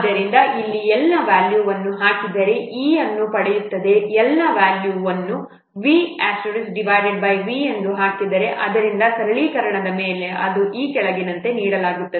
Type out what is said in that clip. ಆದ್ದರಿಂದ ಇಲ್ಲಿ L ನ ವ್ಯಾಲ್ಯೂವನ್ನು ಹಾಕಿದರೆ ನಾವು E ಅನ್ನು ಪಡೆಯುತ್ತೇವೆ L ನ ವ್ಯಾಲ್ಯೂವನ್ನು V V ಎಂದು ಹಾಕಿದರೆ ಆದ್ದರಿಂದ ಸರಳೀಕರಣದ ಮೇಲೆ ಅದು ಈ ಕೆಳಗಿನಂತೆ ನೀಡುತ್ತದೆ